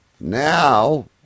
Now